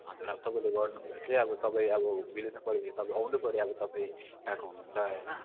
हजुर अब तपाईँले गर्नुहुँदा चाहिँ अब तपाईँ अब भिलेजमा परेपछि तपाईँ आउनुपऱ्यो अब तपाईँ कहाँको हुनुहुन्छ होइन